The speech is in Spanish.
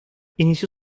inició